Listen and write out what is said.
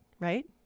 Right